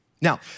Now